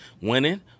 winning